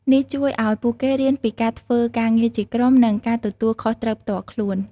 នេះជួយឲ្យពួកគេរៀនពីការធ្វើការងារជាក្រុម និងការទទួលខុសត្រូវផ្ទាល់ខ្លួន។